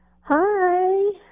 Hi